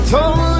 Told